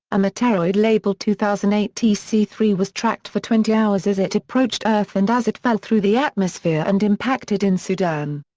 a meteroid labeled two thousand and eight t c three was tracked for twenty hours as it approached earth and as it fell through the atmosphere and impacted in sudan.